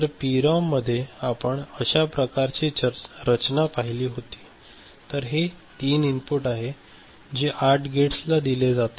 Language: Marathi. तर पीरॉममध्ये आपण अश्याप्रकारची रचना पाहिली होती तर हे 3 इनपुट आहे जे 8 गेट्सना दिले जाते